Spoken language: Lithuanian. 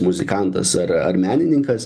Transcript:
muzikantas ar ar menininkas